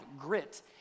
grit